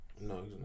No